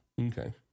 Okay